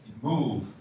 move